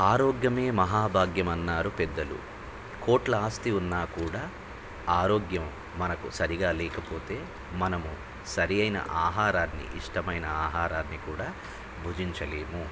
ఆరోగ్యమే మహాభాగ్యమన్నారు పెద్దలు కోట్ల ఆస్తి ఉన్నా కూడా ఆరోగ్యం మనకు సరిగా లేకపోతే మనము సరియైన ఆహారాన్ని ఇష్టమైన ఆహారాన్ని కూడా భుజించలేము